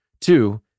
Two